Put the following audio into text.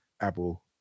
Apple